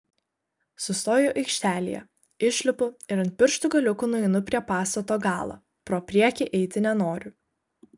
sustoju aikštelėje išlipu ir ant pirštų galiukų nueinu prie pastato galo pro priekį eiti nenoriu